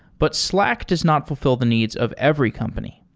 but slack does not fulfi ll the needs of every company.